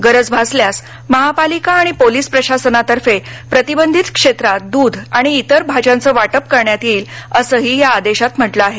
गरज भासल्यास महापालिका आणि पोलिस प्रशासनातर्फे प्रतिबंधित क्षेत्रात दूध आणि आणि भाज्यांचं वाटप करण्यात येईल असंही या आदेशात म्हटले आहे